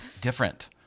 different